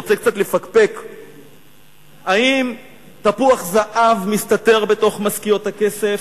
רוצה קצת לפקפק אם תפוח זהב מסתתר בתוך משכיות הכסף,